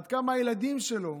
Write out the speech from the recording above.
עד כמה הילדים שלו,